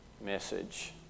message